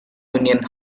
union